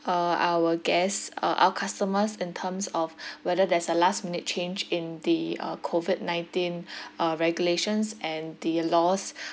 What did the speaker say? uh our guests uh our customers in terms of whether there's a last minute change in the uh COVID nineteen uh regulations and the laws